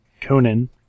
Conan